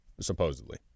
supposedly